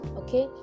okay